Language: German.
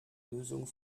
lösung